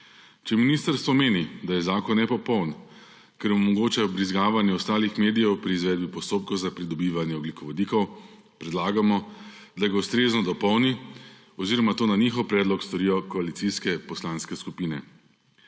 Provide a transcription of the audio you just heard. Če ministrstvo meni, da je zakon nepopoln, ker omogoča vbrizgavanje ostalih medijev pri izvedbo postopkov za pridobivanje ogljikovodikov, predlagamo, da ga ustrezno dopolni oziroma to na njihov predlog storijo koalicijske poslanske skupine.